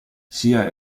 sia